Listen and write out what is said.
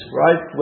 right